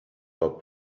pas